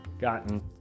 gotten